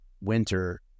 winter